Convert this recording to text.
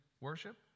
worship